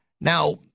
Now